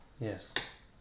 Yes